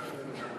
התשע"ד 2014,